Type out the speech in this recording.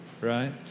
right